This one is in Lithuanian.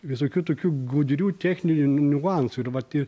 visokių tokių gudrių techninių niuansų ir vat ir